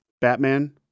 Batman